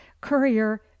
courier